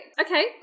Okay